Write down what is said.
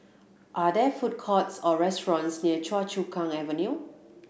are there food courts or restaurants near Choa Chu Kang Avenue